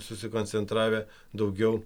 susikoncentravę daugiau